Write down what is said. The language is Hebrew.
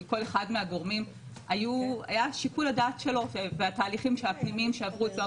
אצל כל אחד מהגורמים היה שיקול הדעת שלו והתהליכים הפנימיים שעברו אצלו,